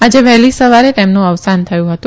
આજે વહેલી સવારે તેમનું અવસાન થયું હતું